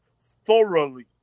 thoroughly